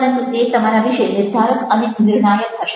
પરંતુ તે તમારા વિશે નિર્ધારક અને નિર્ણાયક હશે